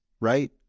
right